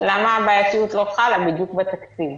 למה הבעייתיות לא חלה בדיוק בתקציב?